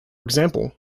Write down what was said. example